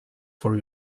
for